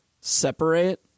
Separate